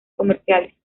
comerciales